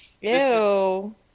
Ew